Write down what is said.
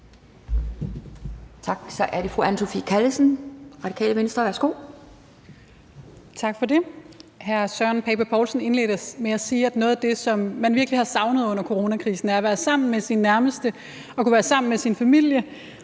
Tak. Så er det fru Anne Sophie Callesen, Radikale Venstre. Værsgo. Kl. 16:25 Anne Sophie Callesen (RV): Tak for det. Hr. Søren Pape Poulsen indledte med at sige, at noget af det, som man virkelig har savnet under coronakrisen, er at være sammen med sine nærmeste og at kunne være sammen med sin familie,